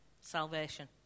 Salvation